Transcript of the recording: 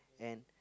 and